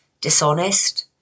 dishonest